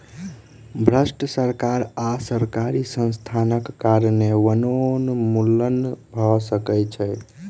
भ्रष्ट सरकार आ सरकारी संस्थानक कारणें वनोन्मूलन भ सकै छै